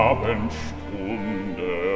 Abendstunde